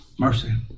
Mercy